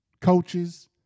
Coaches